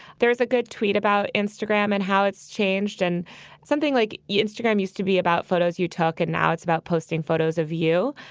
there is a good tweet about instagram and how it's changed. and something like instagram used to be about photos you took and now it's about posting photos of you.